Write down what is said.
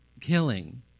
killing